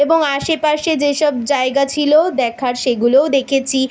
এবং আশেপাশে যেসব জায়গা ছিল দেখার সেগুলোও দেখেছি